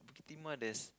Bukit-Timah there's